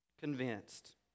convinced